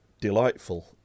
delightful